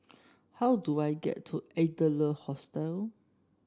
how do I get to Adler Hostel